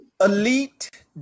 elite